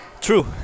True